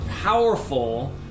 powerful